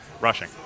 rushing